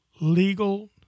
legal